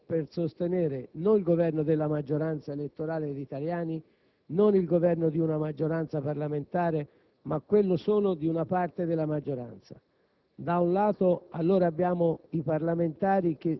pensioni e *welfare*, ma ha bisogno del suo voto per sostenere, non il Governo della maggioranza elettorale degli italiani, non il Governo di una maggioranza parlamentare, ma quello solo di una parte della maggioranza.